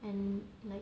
and like